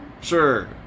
Sure